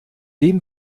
dem